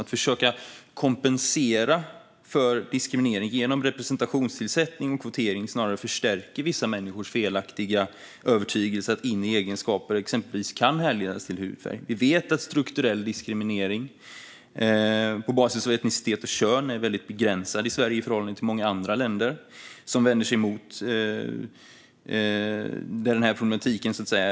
Att försöka kompensera för diskriminering genom representationstillsättning och kvotering förstärker snarare vissa människors felaktiga övertygelse att inre egenskaper kan härledas till exempelvis hudfärg. Vi vet att strukturell diskriminering på basis av etnicitet och kön är väldigt begränsad i Sverige i förhållande till i många andra länder, där denna problematik är större.